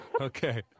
Okay